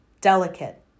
delicate